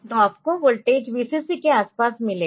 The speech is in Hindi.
तो आपको वोल्टेज Vcc के आसपास मिलेगा